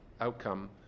outcome